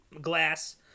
glass